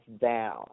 down